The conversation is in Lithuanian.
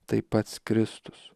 tai pats kristus